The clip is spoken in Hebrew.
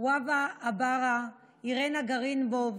וופא עבאהרה, אירנה גריבנב,